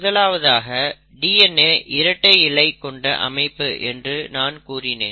முதலாவதாக DNA இரட்டை இழை கொண்ட அமைப்பு என்று நான் கூறினேன்